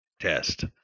test